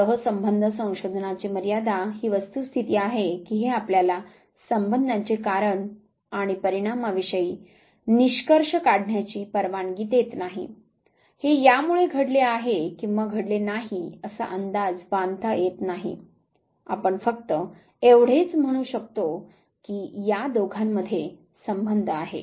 सह संबंध संशोधनाची मर्यादा ही वस्तुस्थिती आहे की हे आपल्याला संबंधांचे कारण आणि परिणामाविषयी निष्कर्ष काढण्याची परवानगी देत नाही हे यामुळे घडले आहे किंवा घडले नाही असा अंदाज बांधता येत नाही आपण फक्त एवढेच म्हणू शकतो की या दोघांमध्ये संबंध आहे